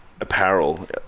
apparel